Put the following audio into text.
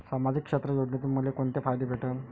सामाजिक क्षेत्र योजनेतून मले कोंते फायदे भेटन?